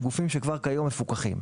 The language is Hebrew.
גופים שמפוקחים כבר כיום,